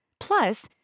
Plus